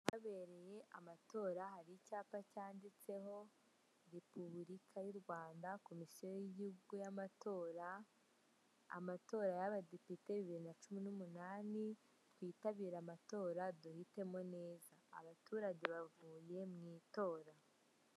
Ahabereya amatora hari icyapa cyanditseho Repubulika y' u Rwanda, komisiyo y'igihugu y'amatora, amatora y'abadepite bibiri na cumi n'umunani, twitabire amatora duhitemo nez, abaturage bavuye mu itora.